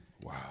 Wow